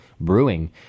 brewing